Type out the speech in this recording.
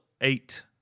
eight